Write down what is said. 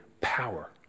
power